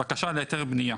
בקשה להיתר בנייה.